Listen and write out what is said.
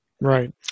Right